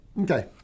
Okay